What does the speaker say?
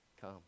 come